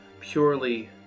purely